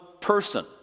person